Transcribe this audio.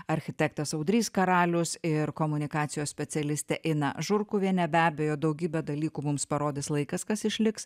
architektas audrys karalius ir komunikacijos specialistė ina žurkuvienė be abejo daugybę dalykų mums parodys laikas kas išliks